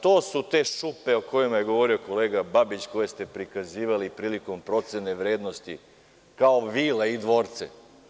To su te šupe o kojima je govorio kolega Babić, koje ste prikazivali prilikom procene vrednosti, kao vile i dvorce.